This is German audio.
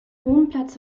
wohnplatz